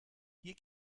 hier